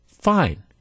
Fine